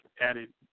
added